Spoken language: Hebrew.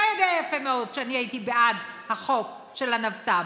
אתה יודע יפה מאוד שאני הייתי בעד החוק של הנבת"ם,